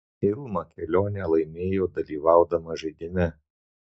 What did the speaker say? ilma kelionę laimėjo dalyvaudama žaidime